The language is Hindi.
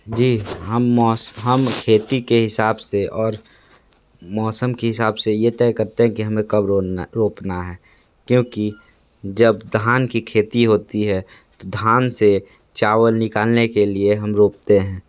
जी हम मौस हम खेती के हिसाब से और मौसम के हिसाब से ये तय करतें हैं कि हमें कब रोना रोपना है क्योंकि जब धान की खेती होती है तो धान से चावल निकालने के लिए हम रोपते हैं